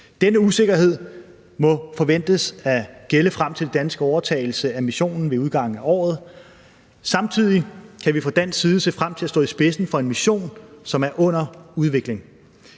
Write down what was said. Denne usikkerhed må forventes at gælde frem til den danske overtagelse af missionen ved udgangen af året, og samtidig kan vi fra dansk side se frem til at stå i spidsen for en mission, som er under udvikling.